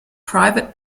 private